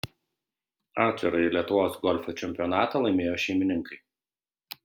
atvirąjį lietuvos golfo čempionatą laimėjo šeimininkai